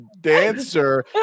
dancer